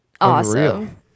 awesome